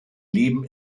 leben